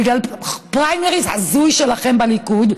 בגלל פריימריז הזויים שלכם בליכוד,